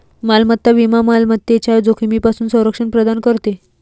मालमत्ता विमा मालमत्तेच्या जोखमीपासून संरक्षण प्रदान करते